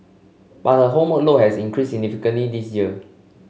but home load has increased significantly this year